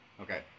Okay